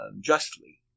justly